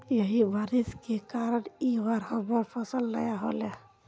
यही बारिश के कारण इ बार हमर फसल नय होले?